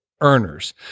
earners